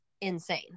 insane